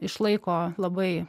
išlaiko labai